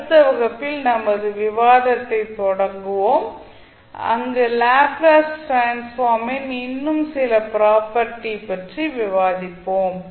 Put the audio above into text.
அடுத்த வகுப்பில் நமது விவாதத்தைத் தொடருவோம் அங்கு லாப்ளேஸ் டிரான்ஸ்ஃபார்ம் ன் இன்னும் சில ப்ராப்பர்ட்டி பற்றி விவாதிப்போம்